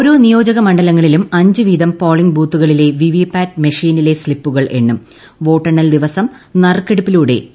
ഓരോ നിയോജകമണ്ഡലങ്ങളിലും അഞ്ച് വീതം പോളിംഗ് ബൂത്തുകളിലെ വിവി പാറ്റ് മെഷീനിലെ സ്ലിപ്പുകൾ വോട്ടെണ്ണൽ ദിവസം നറുക്കെടുപ്പിലൂടെ ഈ എണ്ണും